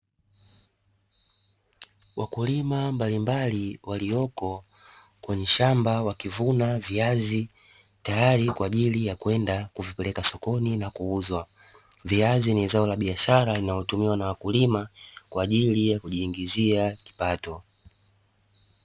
Wakulima mbalimbali waliopo kwenye shamba wakivuna viazi tayari kwa ajili ya kwenda kuvipeleka sokoni na kuuzwa, viazi ni zao la biashara linalotumiwa na wakulima kwa ajili ya kujiingizia kipato.